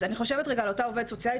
אז אני חושבת רגע על אותה עובדת סוציאלית